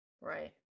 Right